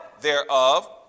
thereof